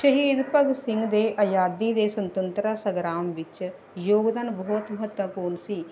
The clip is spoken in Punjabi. ਸ਼ਹੀਦ ਭਗਤ ਸਿੰਘ ਦੇ ਆਜ਼ਾਦੀ ਦੇ ਸੁਤੰਤਰਤਾ ਸੰਗਰਾਮ ਵਿੱਚ ਯੋਗਦਾਨ ਬਹੁਤ ਮਹੱਤਵਪੂਰਨ ਸੀ